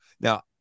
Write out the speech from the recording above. Now